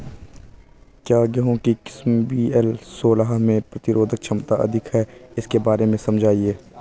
क्या गेहूँ की किस्म वी.एल सोलह में प्रतिरोधक क्षमता अधिक है इसके बारे में समझाइये?